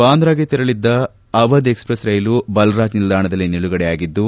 ಬಾಂದ್ರಾಗೆ ತೆರಳಿದ್ದ ಅವದ್ ಎಕ್ಸ್ಪ್ರೆಸ್ ರೈಲು ಬಲರಾಜ್ ನಿಲ್ದಾಣದಲ್ಲಿ ನಿಲುಗಡೆಯಾಗಿದ್ದು